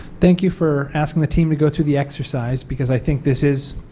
thank you for asking the team to go through the exercise because i think this is,